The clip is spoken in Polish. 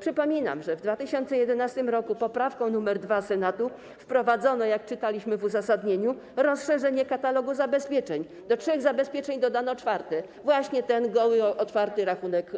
Przypominam, że w 2011 r. poprawką nr 2 Senatu wprowadzono, jak czytaliśmy w uzasadnieniu, rozszerzenie katalogu zabezpieczeń - do trzech zabezpieczeń dodano czwarte, właśnie ten goły otwarty rachunek